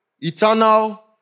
Eternal